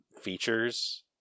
features